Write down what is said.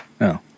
No